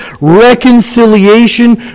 reconciliation